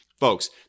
Folks